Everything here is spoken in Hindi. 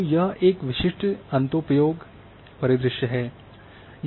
तो यह एक विशिष्ट अंतोपयोग परिदृश्य है